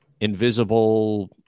invisible